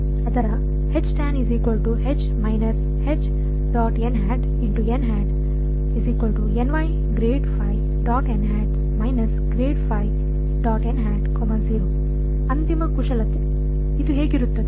ಅದರ ಅಂತಿಮ ಕುಶಲತೆ ಇದು ಹೇಗಿರುತ್ತದೆ